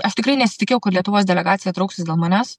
aš tikrai nesitikėjau kad lietuvos delegacija trauksis dėl manęs